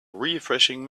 refreshing